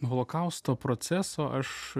holokausto proceso aš